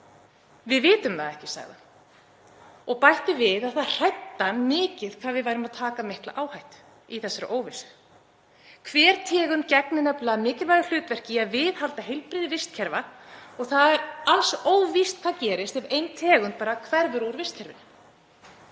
Við vitum það ekki, sagði hann og bætti við að það hræddi hann mikið hvað við værum að taka mikla áhættu í þessari óvissu. Hver tegund gegnir nefnilega mikilvægu hlutverki í að viðhalda heilbrigði vistkerfa og það er alls óvíst hvað gerist ef ein tegund bara hverfur úr vistkerfinu.